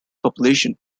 populations